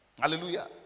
Hallelujah